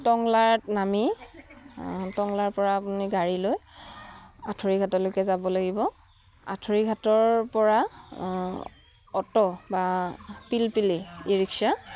টংলাত নামি টংলাৰপৰা আপুনি গাড়ী লৈ আঁঠুৰিঘাটলৈকে যাব লাগিব আঁঠুৰিঘাটৰপৰা অটো' বা পিলপিলি ই ৰিক্সা